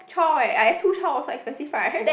child eh I two child also expensive right